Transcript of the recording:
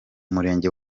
murenge